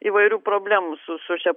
įvairių problemų su su šia